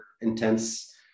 intense